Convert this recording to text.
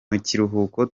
mukiruhuko